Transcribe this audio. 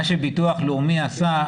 מה שביטוח לאומי עשה,